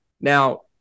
Now